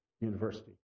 university